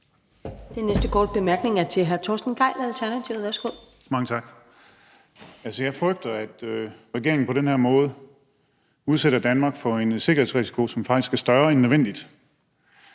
Den næste korte bemærkning er til hr. Torsten Gejl, Alternativet. Værsgo. Kl. 22:26 Torsten Gejl (ALT): Mange tak. Jeg frygter, at regeringen på den her måde udsætter Danmark for en sikkerhedsrisiko, som faktisk er større end nødvendigt.